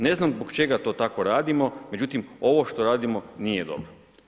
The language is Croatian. Ne znam zbog čega to tako radimo, međutim ovo što radimo nije dobro.